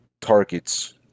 targets